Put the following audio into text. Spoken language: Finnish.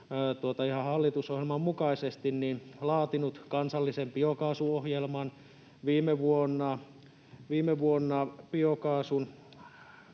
ihan hallitusohjelman mukaisesti laatinut kansallisen biokaasuohjelman viime vuonna. Viime